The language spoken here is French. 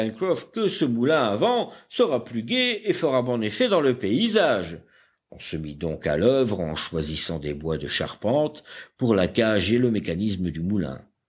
que ce moulin à vent sera plus gai et fera bon effet dans le paysage on se mit donc à l'oeuvre en choisissant des bois de charpente pour la cage et le mécanisme du moulin